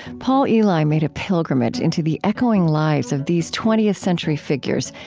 paul elie made a pilgrimage into the echoing lives of these twentieth century figures,